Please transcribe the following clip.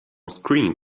screen